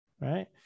right